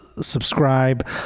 subscribe